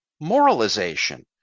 moralization